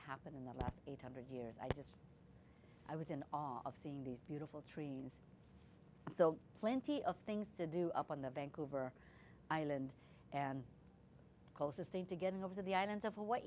happened in the last eight hundred years i just i was in awe of seeing these beautiful trees so plenty of things to do up on the vancouver island and closest thing to getting over to the islands of ha